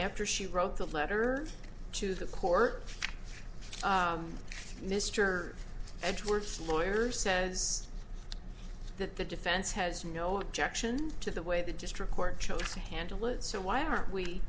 after she wrote the letter to the court mr edwards lawyer says that the defense has no objection to the way the district court chose to handle it so why aren't we